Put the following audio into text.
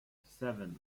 seven